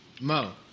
Mo